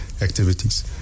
activities